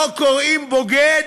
לו קוראים בוגד?